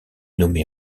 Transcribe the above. nommé